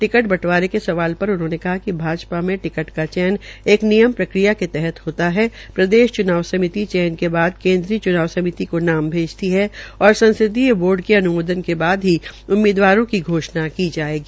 ticket बटवारे के सवाल पर उन्होंने कहा कि भाजपा में टिकट का चयन एक नियम प्रक्रिया के तहत होता है प्रदेश च्नाव समिति चयन के बाद केन्द्रीय च्नाव समिति को नाम भेजती है औ संसदीय बोर्ड की अन्मोदन के बाद ही उम्मीदवारों की घोषणा की जायेगी